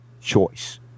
choice